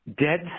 dead